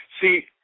see